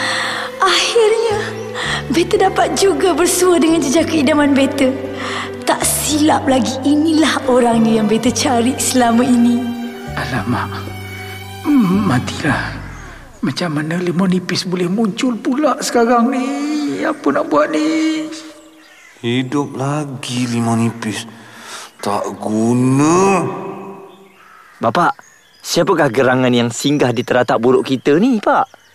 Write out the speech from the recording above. Akhirnya, beta dapat juga bersua dengan jejak keidaman beta. Tak silap lagi, inilah orangnya yang beta cari selama ini. Alamak. Hmm, matilah. Macam mana limau nipis boleh muncul pula sekarang ni? Apa nak buat ni? Hidup lagi limau nipis. Tak guna. Bapak, siapakah gerangan yang singgah di teratak buruk kita ni, Pak?